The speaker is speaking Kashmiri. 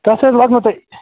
تَتھ حظ لَگنو تۄہہِ